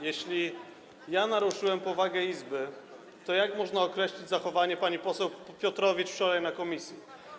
Jeśli ja naruszyłem powagę Izby, to jak można określić zachowanie pani poseł Piotrowicz wczoraj w komisji.